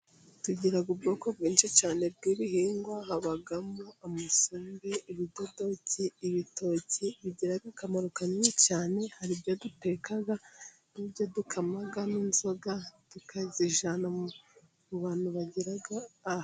Tugira ubwoko bwinshi cyane bw'ibihingwa habamo: amasembi ibidodoki, ibitoki, bigirakamaro kanini cyane. Hari ibyo duteka, n'ibyo dukamaga n'inzoga tukazijyana mu mu bantu bagera aha.